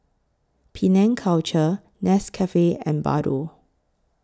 Penang Culture Nescafe and Bardot